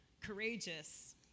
Courageous